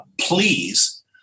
please